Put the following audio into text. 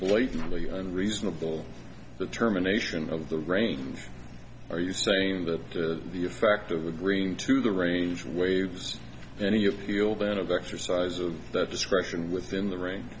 blatantly and reasonable determination of the range are you saying that the effect of agreeing to the range waves any appeal then of exercise of that discretion within the r